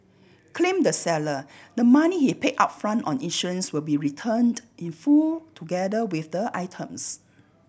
claimed the seller the money he pay upfront on insurance will be returned in full together with the items